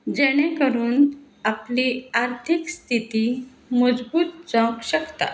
जेणे करून आपली आर्थीक स्थिती मजबूत जावंक शकता